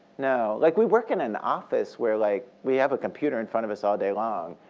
no. like we work in an office where like we have a computer in front of us all day long,